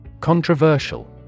Controversial